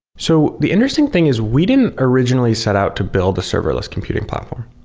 so the interesting thing is we didn't originally set out to build the serverless computing platform.